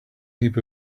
heap